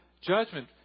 judgment